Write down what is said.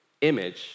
image